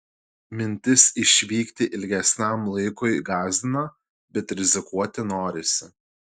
mintis išvykti ilgesniam laikui gąsdina bet rizikuoti norisi